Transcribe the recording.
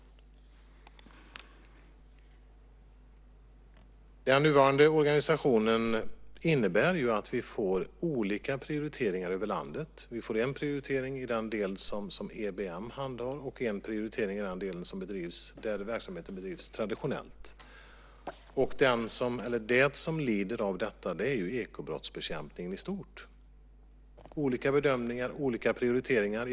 Den nuvarande organisationen innebär att vi får olika prioriteringar över landet. Vi får en prioritering i den del som EBM handhar och en prioritering i den del där verksamheten bedrivs traditionellt. Det som lider av detta är ekobrottsbekämpningen i stort. Det blir olika bedömningar och olika prioriteringar.